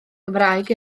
gymraeg